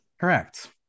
Correct